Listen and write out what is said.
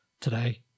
today